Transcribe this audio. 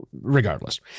Regardless